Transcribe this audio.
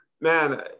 man